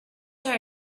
her